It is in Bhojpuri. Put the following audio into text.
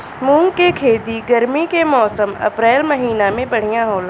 मुंग के खेती गर्मी के मौसम अप्रैल महीना में बढ़ियां होला?